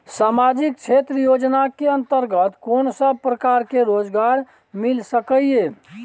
सामाजिक क्षेत्र योजना के अंतर्गत कोन सब प्रकार के रोजगार मिल सके ये?